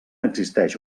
existeix